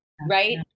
right